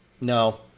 No